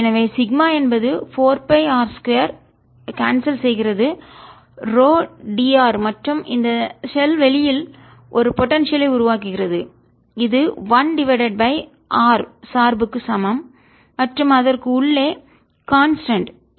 ρ4πr2 எனவே சிக்மா என்பது 4 r 2 cancel செய்கிறது ρ dr மற்றும் இந்த ஷெல் வெளியில் ஒரு போடன்சியல் ஐ உருவாக்குகிறது இது 1 டிவைடட் பை r சார்பு க்கு சமம் மற்றும் அதற்கு உள்ளே கான்ஸ்டன்ட் நிலையானது